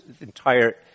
entire